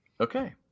okay